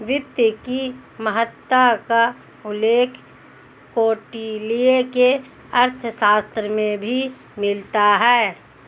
वित्त की महत्ता का उल्लेख कौटिल्य के अर्थशास्त्र में भी मिलता है